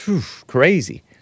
crazy